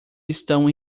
estão